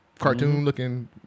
Cartoon-looking